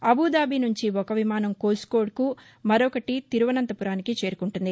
Abu Dhabi నుంచి ఒక విమానం కోజికోడ్కు మరొకటి తిరువనంతపురానికి చేరుకుంటుంది